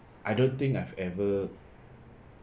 I don't think I've ever